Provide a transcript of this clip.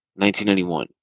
1991